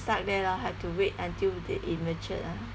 stuck there lor have to wait until it matured ah